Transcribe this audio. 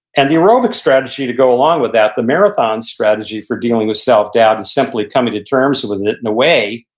and the aerobic strategy to go along with that, the marathon strategy for dealing with self-doubt, is and simply coming to terms with it, in a way,